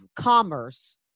commerce